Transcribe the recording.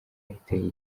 iteye